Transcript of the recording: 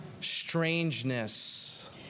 strangeness